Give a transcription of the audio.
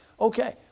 Okay